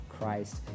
Christ